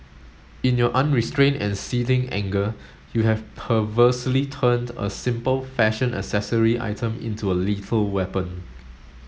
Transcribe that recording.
in your unrestrained and seething anger you have perversely turned a simple fashion accessory item into a lethal weapon